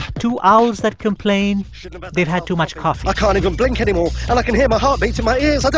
two owls that complain but they've had too much coffee i can't even blink anymore. and i can hear my heartbeat in my ears. like i